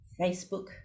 Facebook